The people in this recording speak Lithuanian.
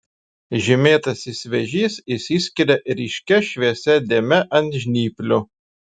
žymėtasis vėžys išsiskiria ryškia šviesia dėme ant žnyplių